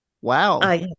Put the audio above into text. Wow